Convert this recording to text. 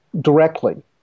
directly